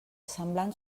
semblant